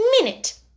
minute